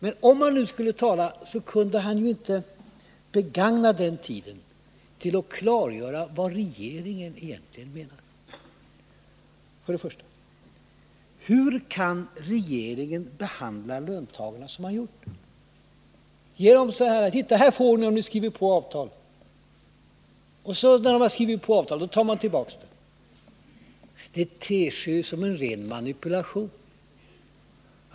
Men när han nu skall tala, borde han begagna tiden till att klargöra vad regeringen egentligen menar. För det första: Hur kan regeringen behandla löntagarna så som skett? Man säger: Här får ni, om ni skriver på avtalet. När löntagarna har skrivit på avtalet, tar man tillbaka vad man har lovat. Det ter sig som en ren manipulation.